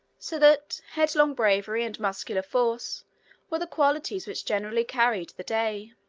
so that headlong bravery and muscular force were the qualities which generally carried the day.